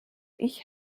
ich